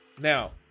Now